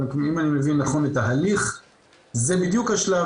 אבל אם אני מבין נכון את ההליך זה בדיוק השלב